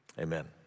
Amen